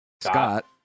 scott